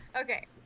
Okay